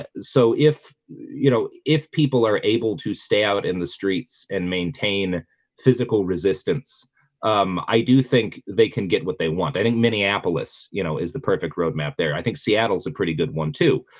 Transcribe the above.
ah so if you know if people are able to stay out in the streets and maintain physical resistance um, i do think they can get what they want i think minneapolis, you know is the perfect road map there. i think seattle is a pretty good one, too